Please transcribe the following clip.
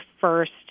first